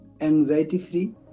anxiety-free